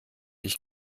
ich